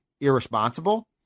irresponsible